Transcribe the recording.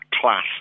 class